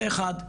זה אחד.